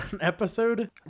episode